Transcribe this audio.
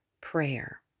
prayer